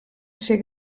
ser